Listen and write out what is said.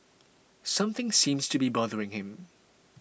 something seems to be bothering him